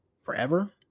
forever